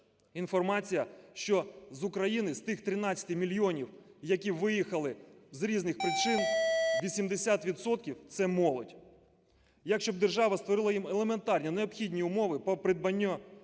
інформація, що з України, з тих 13 мільйонів, які виїхали з різних причин, 80 відсотків – це молодь. Якщо би держава створила їм елементарні необхідні умови про придбанню,